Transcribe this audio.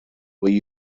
will